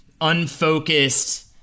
unfocused